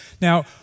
Now